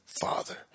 Father